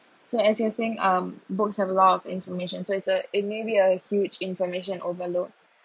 so as you were saying um books have a lot of information so it's a it maybe a huge information overload